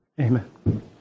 amen